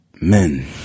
men